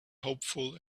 hopeful